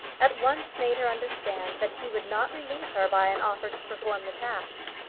at once made her understand that he would not relieve her by an offer to perform the task.